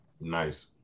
Nice